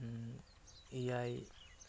ᱮᱭᱟᱭ